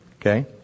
Okay